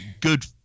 good